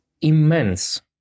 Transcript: immense